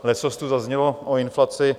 A leccos tu zaznělo o inflaci.